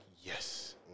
yes